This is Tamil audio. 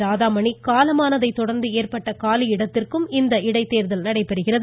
ராதாமணி காலமானதைத் தொடர்ந்து ஏற்பட்டுள்ள காலியிடத்திற்கும் இந்த இடைத்தேர்தல் நடைபெறுகிறது